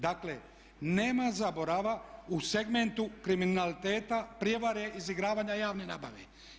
Dakle, nema zaborava u segmentu kriminaliteta, prijevare, izigravanja javne nabave.